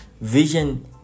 Vision